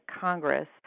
Congress